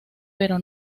pero